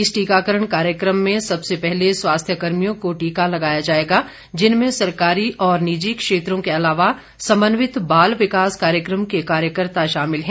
इस टीकाकरण कार्यक्रम में सबसे पहले स्वास्थ्य कर्मियों को टीका लगाया जाएगा जिनमें सरकारी और निजी क्षेत्रों के अलावा समन्वित बाल विकास कार्यक्रम के कार्यकर्ता शामिल हैं